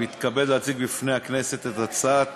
אני מתכבד להציג בפני הכנסת את הצעת